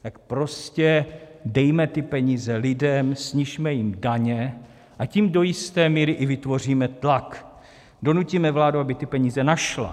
Tak prostě dejme ty peníze lidem, snižme jim daně, a tím do jisté míry i vytvoříme tlak, donutíme vládu, aby ty peníze našla.